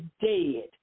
dead